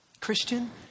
Christian